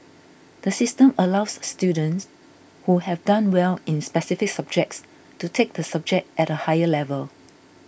the system allows students who have done well in specific subjects to take the subject at a higher level